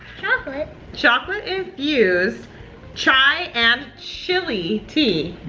chocolate. chocolate infused chai and chili tea.